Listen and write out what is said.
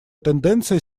тенденция